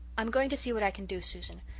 i'm going to see what i can do, susan.